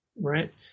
right